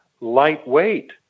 lightweight